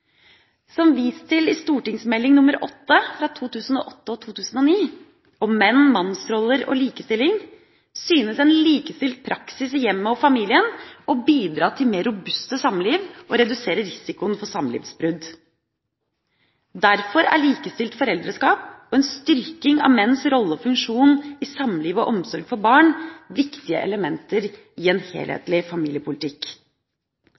Som vist til i St. meld. nr. 8 for 2008–2009 Om menn, mannsroller og likestilling synes en likestilt praksis i hjemmet og familien å bidra til mer robuste samliv og redusere risikoen for samlivsbrudd. Derfor er likestilt foreldreskap og en styrking av menns rolle og funksjon i samliv og omsorg for barn viktige elementer i en